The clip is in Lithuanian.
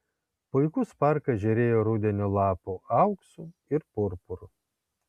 puikus parkas žėrėjo rudenio lapų auksu ir purpuru